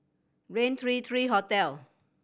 Rain three three Hotel